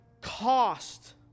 cost